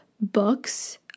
books